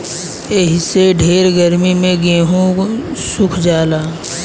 एही से ढेर गर्मी मे गेहूँ सुख जाला